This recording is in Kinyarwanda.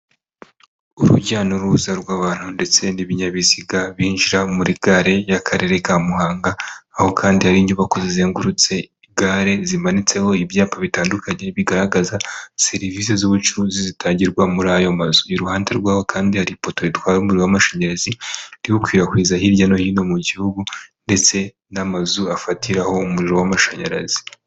Urujya n'uruza rw'abantu ndetse n'ibinyabiziga binjira muri gare y'Akarere ka Muhanga, aho kandi hari inyubako zizengurutse gare zimanitseho ibyapa bitandukanye bigaragaza serivisi z'ubucuruzi zitangirwa muri ayo mazu, iruhande rwaho kandi hari ipoto ritwara umuriro w'amashanyarazi riwukwirakwiza hirya no hino mu gihugu, ndetse n'amazu afatiraho umuriro w'amashanyarazi.